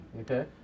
Okay